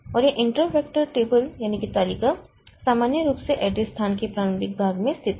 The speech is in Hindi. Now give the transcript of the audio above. और यह इंटरपट वेक्टर तालिका सामान्य रूप से एड्रेस स्थान के प्रारंभिक भाग में स्थित है